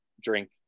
drink